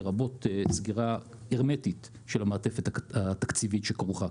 לרבות סגירה הרמטית של המעטפת התקציבית שכרוכה,